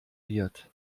wird